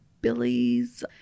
Billy's